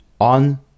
on